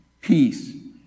peace